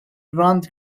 grant